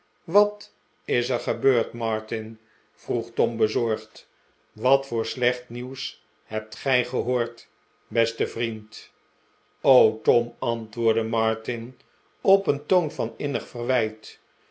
wat is er gebeurd martin vroeg tom bezorgd wat voor slecht nieuws hebt gij gehoord beste vriend r o tom antwoordde martin op een toon van innig verwijt